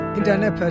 Internet